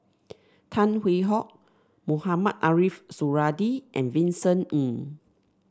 Tan Hwee Hock Mohamed Ariff Suradi and Vincent Ng